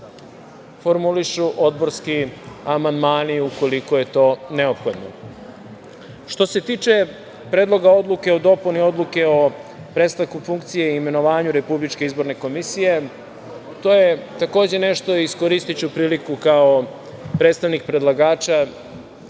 formulišu odborski amandmani, ukoliko je to neophodno. Što se tiče Predloga odluke o dopuni Odluke o prestanku funkcije i imenovanju Republičke izborne komisije, takođe, iskoristiću priliku kao predstavnik predlagača